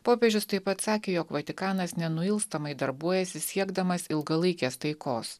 popiežius taip pat sakė jog vatikanas nenuilstamai darbuojasi siekdamas ilgalaikės taikos